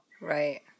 Right